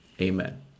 Amen